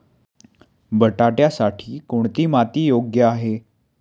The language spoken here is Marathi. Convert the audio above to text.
बटाट्यासाठी कोणती माती योग्य आहे?